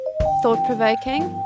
Thought-provoking